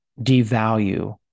devalue